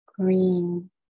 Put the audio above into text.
green